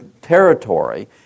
territory